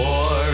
War